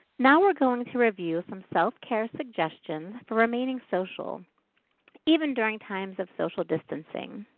now we're going to review some self-care suggestions for remaining social even during times of social distancing.